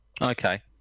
Okay